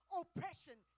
oppression